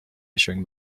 issuing